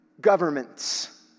governments